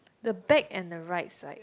the bag and the right side